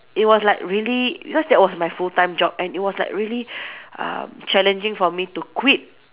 it was like really because that was my full time job and it was like really um challenging for me to quit